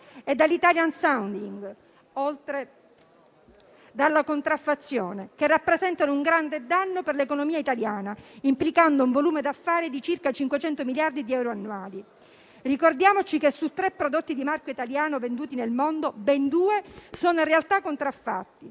e dall'*italian sounding,* oltre che dalla contraffazione, che rappresentano un grande danno per l'economia italiana, implicando un volume d'affari di circa 500 miliardi di euro annuali. Ricordiamoci che, su tre prodotti di marchio italiano venduti nel mondo, ben due sono in realtà contraffatti.